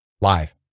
live